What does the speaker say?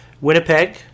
Winnipeg